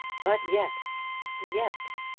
but yet yet!